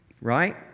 right